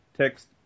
text